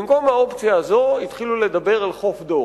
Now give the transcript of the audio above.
במקום האופציה הזו התחילו לדבר על חוף דור.